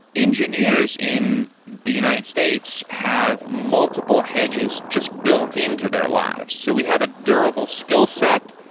engineers in the united states have multiple hedges just built into their lives. so we have a durable skillset.